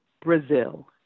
Brazil